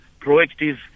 proactive